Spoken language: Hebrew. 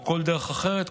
או כל דרך אחרת,